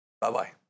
Bye-bye